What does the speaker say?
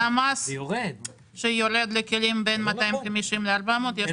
והמס שיורד לכלים בין 250 ל-400 יש